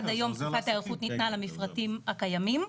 עד היום תקופת היערכות ניתנה למפרטים הקיימים,